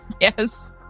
Yes